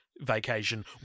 vacation